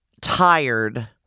tired